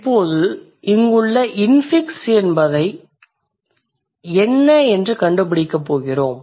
இப்போது இங்குள்ள இன்ஃபிக்ஸ் என்ன என்பதை கண்டுபிடிக்கப் போகிறோம்